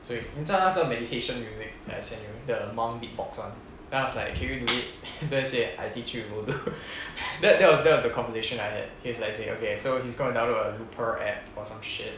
所以你知道那个 meditation music that I send you the monk beatbox one then I was like can you do it then I say I teach you you would do that that was that was the conversation I had he was like say okay so he's gonna download a looper app or some shit